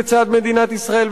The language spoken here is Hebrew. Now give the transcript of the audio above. בצד מדינת ישראל,